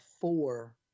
four